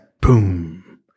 boom